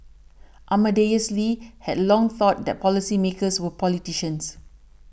Amadeus Lee had long thought that policymakers were politicians